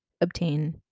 obtain